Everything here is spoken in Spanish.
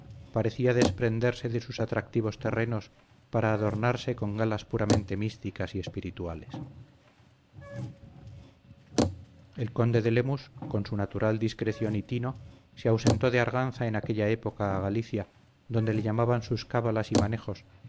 parecía desprenderse de sus atractivos terrenos para adornarse con galas puramente místicas y espirituales el conde de lemus con su natural discreción y tino se ausentó de arganza en aquella época a galicia donde le llamaban sus cábalas y manejos